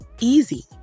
easy